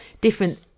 different